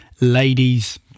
ladies